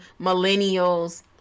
millennials